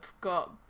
got